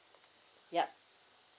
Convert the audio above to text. yup